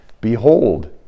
Behold